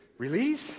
Release